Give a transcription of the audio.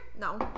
No